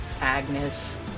Agnes